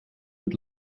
mit